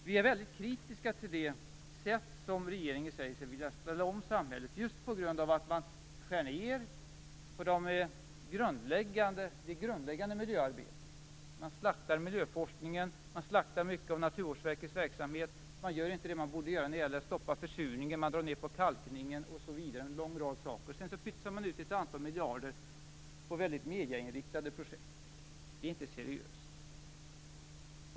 Vi är väldigt kritiska till det sätt på vilket regeringen säger sig vilja ställa om samhället just på grund av att man skär ned på det grundläggande miljöarbetet. Man slaktar miljöforskningen, man slaktar mycket av Naturvårdsverkets verksamhet, man gör inte det man borde göra när det gäller att stoppa försurningen, man drar ned på kalkningen osv. Det finns en lång rad saker man inte gör. Sedan pytsar man ut ett antal miljarder på mediainriktade projekt. Det är inte seriöst.